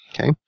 Okay